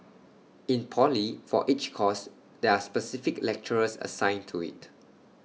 in poly for each course there are specific lecturers assigned to IT